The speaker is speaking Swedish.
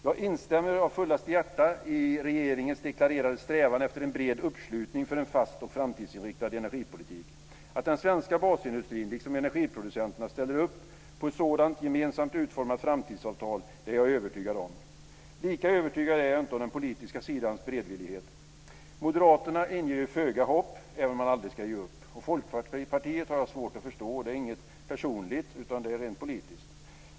Jag instämmer av fullaste hjärta i regeringens deklarerade strävan efter en bred uppslutning för en fast och framtidsinriktad energipolitik. Att den svenska basindustrin liksom energiproducenterna ställer upp på ett sådant gemensamt utformat framtidsavtal är jag övertygad om. Lika övertygad är jag inte om den politiska sidans beredvillighet. Moderaterna inger ju föga hopp, även om man aldrig ska ge upp. Folkpartiet har jag svårt att förstå - det är inget personligt, utan det är rent politiskt.